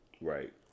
Right